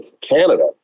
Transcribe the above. Canada